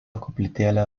koplytėlė